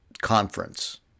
conference